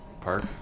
park